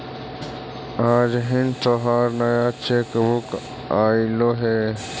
आज हिन् तोहार नया चेक बुक अयीलो हे